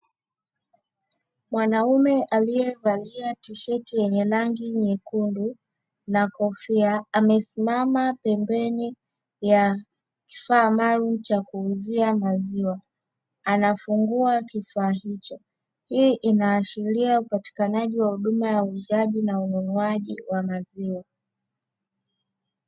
Wanaume aliyevalia tisheti yenye rangi nyekundu na kofia. Amesimama pembeni ya vifaa maalumu cha kuuzia maziwa anafungua kifaa hicho. Hii inaashiria upatikanaji wa huduma ya uuzaji na ununuaji wa maziwa.